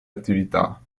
attività